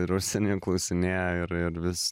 ir užsieny klausinėja ir ir vis